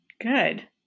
Good